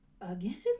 Again